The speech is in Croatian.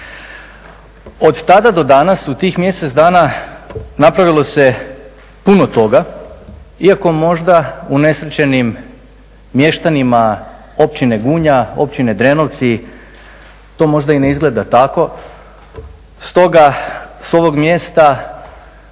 Od tada do danas u tih mjesec dana napravilo se puno toga, iako možda unesrećenim mještanima općine Gunja, općine Drenovci to možda i ne izgleda tako. Stoga s ovog mjesta